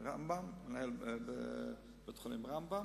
מנהל בית-החולים "רמב"ם",